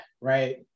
right